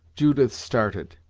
judith started,